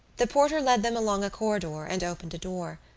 the porter led them along a corridor and opened a door.